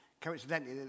coincidentally